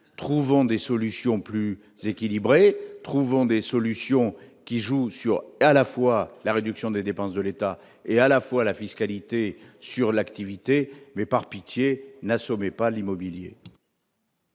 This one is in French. Trouvons des solutions plus équilibrées, qui jouent à la fois sur la réduction des dépenses de l'État et la fiscalité sur l'activité, mais, par pitié, n'assommez pas l'immobilier.